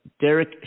Derek